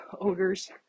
odors